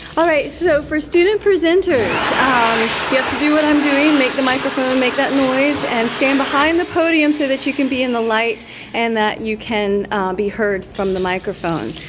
alright so for student presenters um you have to do what i'm doing. make the microphone make that noise and stand behind the podium so that you can be in the light and that you can be heard from the microphone.